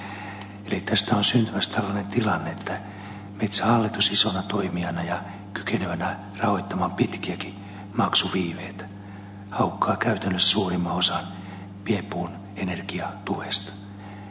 tästä on syntymässä tällainen tilanne että metsähallitus isona toimijana ja kykenevänä rahoittamaan pitkiäkin maksuviiveitä haukkaa käytännössä suurimman osan pienpuun energiatuesta